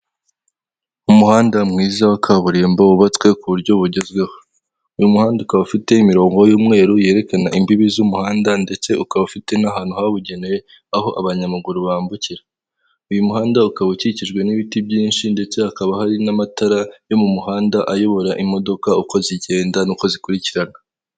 Umuhanda mwiza wa kaburimbo wubatswe ku buryo bugezweho, uyu muhanda ukaba ufite imirongo y'umweru yerekana imbibi z'umuhanda, ndetse ukaba ufite n'ahantu habugenewe aho abanyamaguru bambukira, uyu muhanda ukaba ukikijwe n'ibiti byinshi ndetse hakaba hari n'amatara yo mu muhanda ayobora imodoka uko zigenda n'uko zikurikirana.